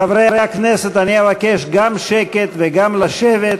חברי הכנסת, אני אבקש גם שקט וגם לשבת.